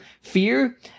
Fear